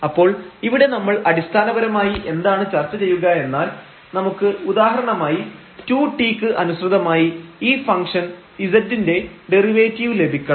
അപ്പോൾ ഇവിടെ നമ്മൾ അടിസ്ഥാനപരമായി എന്താണ് ചർച്ച ചെയ്യുക എന്നാൽ നമുക്ക് ഉദാഹരണമായി 2t ക്ക് അനുസൃതമായി ഈ ഫംഗ്ഷൻz ൻറെ ഡെറിവേറ്റീവ് ലഭിക്കണം